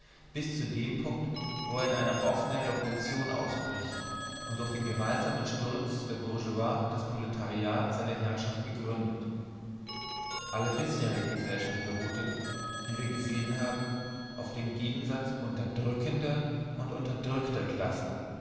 bis zu dem punkt wo er in eine offene revolution ausbricht und durch den gewaltsamen sturz der bourgeoisie das proletariat seine herrschaft begründet alle bisherige gesellschaft beruhte wie wir gesehen haben auf dem gegensatz unterdrückender und unterdrückter klassen